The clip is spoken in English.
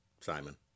Simon